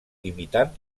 imitant